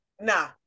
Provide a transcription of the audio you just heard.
nah